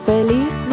Feliz